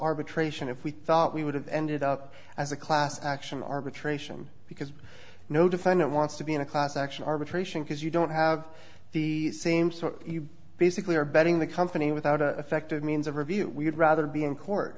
arbitration if we thought we would have ended up as a class action arbitration because no defendant wants to be in a class action arbitration because you don't have the same sort you basically are betting the company without a factored means of review we would rather be in court